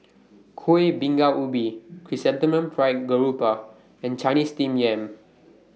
Kuih Bingka Ubi Chrysanthemum Fried Garoupa and Chinese Steamed Yam